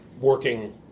working